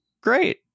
Great